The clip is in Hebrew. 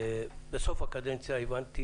ובסוף הקדנציה הבנתי